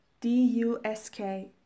D-U-S-K